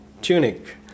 tunic